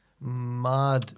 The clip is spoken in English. Mad